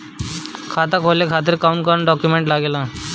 खाता खोले के खातिर कौन कौन डॉक्यूमेंट लागेला?